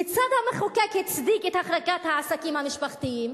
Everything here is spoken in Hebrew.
כיצד המחוקק הצדיק את החרגת העסקים המשפחתיים?